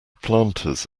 planters